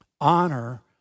honor